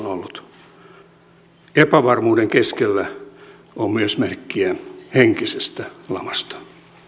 on ollut epävarmuuden keskellä on myös merkkejä henkisestä lamasta